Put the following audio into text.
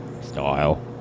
style